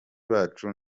bacu